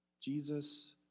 Jesus